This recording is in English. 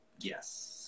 yes